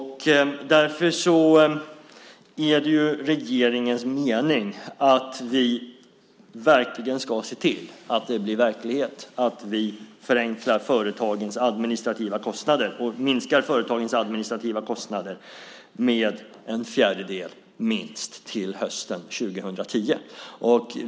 Därför är det regeringens mening att vi verkligen ska se till att minska företagens administrativa kostnader med minst en fjärdedel till hösten 2010.